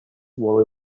will